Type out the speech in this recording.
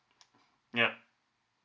yup